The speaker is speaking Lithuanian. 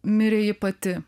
mirė ji pati